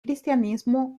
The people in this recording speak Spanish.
cristianismo